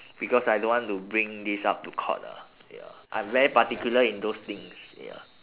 because I don't want to bring this up to court ah ya I'm very particular in those things ya